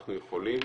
שאנחנו יכולים